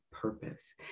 purpose